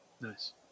Nice